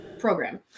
program